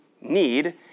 need